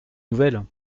nouvelles